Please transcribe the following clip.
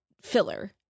filler